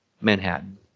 Manhattan